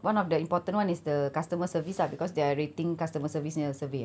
one of the important one is the customer service ah because they are rating customer service punya survey